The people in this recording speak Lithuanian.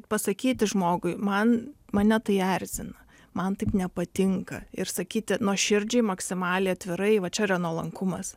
pasakyti žmogui man mane tai erzina man taip nepatinka ir sakyti nuoširdžiai maksimaliai atvirai va čia yra nuolankumas